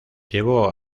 llevó